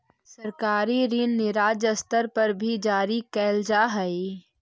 सरकारी ऋण राज्य स्तर पर भी जारी कैल जा हई